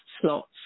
slots